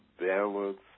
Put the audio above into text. balance